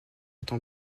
étant